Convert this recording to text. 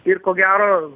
ir ko gero